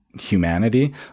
humanity